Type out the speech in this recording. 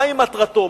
מהי מטרתו?